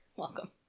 Welcome